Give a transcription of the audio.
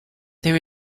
there